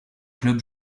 club